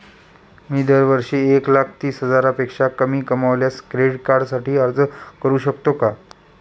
मी दरवर्षी एक लाख तीस हजारापेक्षा कमी कमावल्यास क्रेडिट कार्डसाठी अर्ज करू शकतो का?